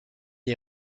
est